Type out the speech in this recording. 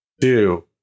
two